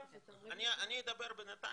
אני אדבר על סך